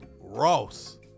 Ross